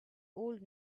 old